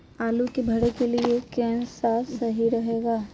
आलू के भरे के लिए केन सा और सही रहेगा?